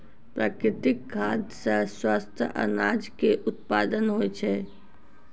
प्राकृतिक खाद सॅ स्वस्थ अनाज के उत्पादन होय छै